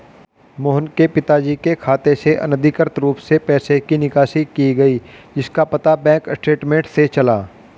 मोहन के पिताजी के खाते से अनधिकृत रूप से पैसे की निकासी की गई जिसका पता बैंक स्टेटमेंट्स से चला